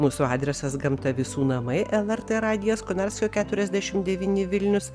mūsų adresas gamta visų namai lrt radijas konarskio keturiasdešim devyni vilnius